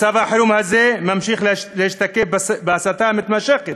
מצב החירום הזה ממשיך להשתקף בהסתה המתמשכת